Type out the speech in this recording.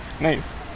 nice